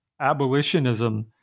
abolitionism